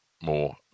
more